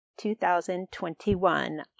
2021